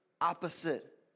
opposite